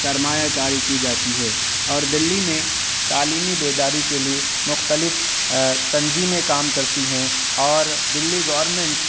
سرمایہ کاری کی جاتی ہے اور دلّی میں تعلیمی بیداری کے لیے مختلف تنظیمیں کام کرتی ہیں اور دلّی گورنمنٹ